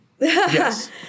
yes